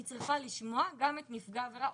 היא צריכה לשמוע גם את נפגע העבירה,